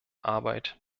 arbeit